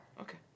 Okay